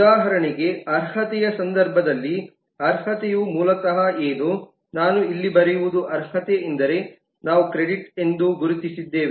ಉದಾಹರಣೆಗೆ ಅರ್ಹತೆಯ ಸಂದರ್ಭದಲ್ಲಿ ಅರ್ಹತೆಯು ಮೂಲತಃ ಏನು ನಾನು ಇಲ್ಲಿ ಬರೆಯುವುದು ಅರ್ಹತೆ ಎಂದರೆ ನಾವು ಕ್ರೆಡಿಟ್ ಎಂದು ಗುರುತಿಸಿದ್ದೇವೆ